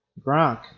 Gronk